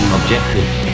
objectives